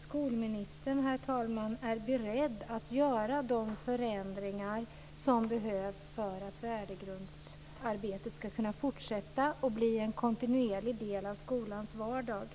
skolministern, herr talman, är beredd att göra de förändringar som behövs för att värdegrundsarbetet ska kunna fortsätta och bli en kontinuerlig del av skolans vardag.